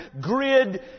grid